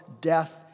death